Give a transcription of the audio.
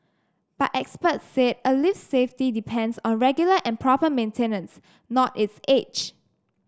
but experts said a lift's safety depends on regular and proper maintenance not its age